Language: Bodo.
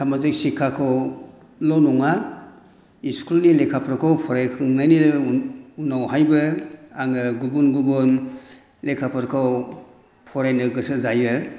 सामाजिक शिक्षाखौल' नङा स्कुलनि लेखाफोरखौ फरायखांनायनि उनावहायबो आङो गुबुन गुबुन लेखाफोरखौ फरायनो गोसो जायो